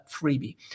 freebie